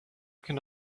can